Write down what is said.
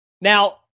Now